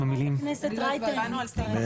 במקום המילים --- גם חברת הכנסת רייטן --- טוב,